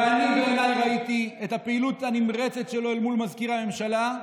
ואני בעיניי ראיתי את הפעילות הנמרצת שלו אל מול מזכיר הממשלה,